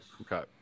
Okay